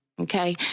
Okay